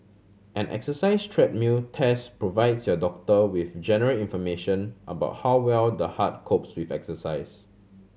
an exercise treadmill test provides your doctor with general information about how well the heart copes with exercise